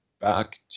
back